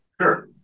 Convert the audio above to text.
Sure